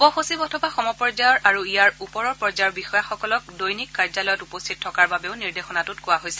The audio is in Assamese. উপ সচিব অথবা সমপৰ্যায়ৰ আৰু ইয়াৰ ওপৰ পৰ্যায়ৰ বিষয়াসকলক দৈনিক কাৰ্যালয়ত উপস্থিত থকাৰ বাবেও নিৰ্দেশনাটোত কোৱা হৈছে